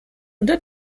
unter